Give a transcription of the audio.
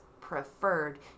preferred